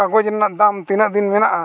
ᱠᱟᱜᱚᱡᱽ ᱨᱮᱱᱟᱜ ᱫᱟᱢ ᱛᱤᱱᱟᱹᱜ ᱫᱤᱱ ᱢᱮᱱᱟᱜᱼᱟ